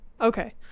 Okay